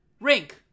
Rink